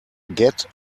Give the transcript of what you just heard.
get